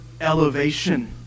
elevation